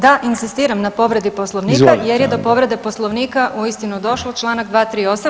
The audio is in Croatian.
Da, inzistiram na povredi Poslovnika jer je do povrede Poslovnika uistinu došlo, čl. 238.